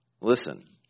Listen